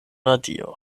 radio